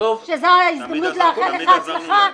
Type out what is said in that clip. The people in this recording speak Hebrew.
שזו ההזדמנות לאחל לך הצלחה,